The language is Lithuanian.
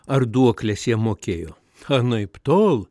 ar duokles jie mokėjo anaiptol